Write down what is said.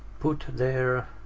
put there,